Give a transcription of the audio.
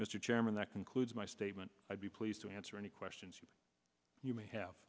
mr chairman that concludes my statement i'd be pleased to answer any questions you may have